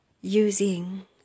using